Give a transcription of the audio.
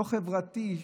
לא חברתי,